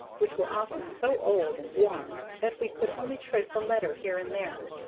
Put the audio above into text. which were often so old and worn that we could only trace a letter here and there.